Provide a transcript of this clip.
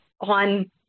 on